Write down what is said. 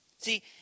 See